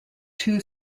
two